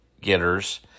getters